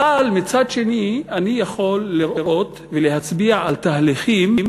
אבל מצד שני אני יכול לראות ולהצביע על תהליכים